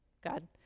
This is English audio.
God